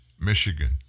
Michigan